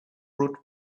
route